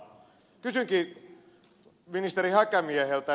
kysynkin ministeri häkämieheltä